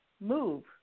move